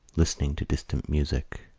listening to distant music,